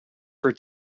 for